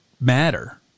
matter